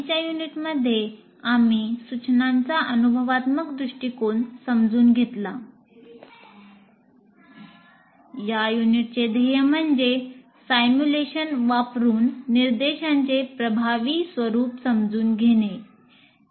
आधीच्या युनिटमध्ये आम्ही सूचनांचा अनुभवात्मक दृष्टीकोन समजून घेतला या युनिटचे ध्येय म्हणजे अनुकरण वापरुन निर्देशांचे प्रभावी स्वरूप समजून घेणे